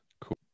Cool